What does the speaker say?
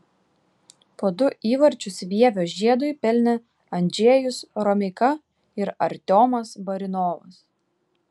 po du įvarčius vievio žiedui pelnė andžejus romeika ir artiomas barinovas